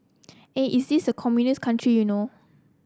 eh is it a communist country you know